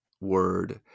word